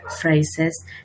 phrases